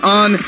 on